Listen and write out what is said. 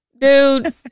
dude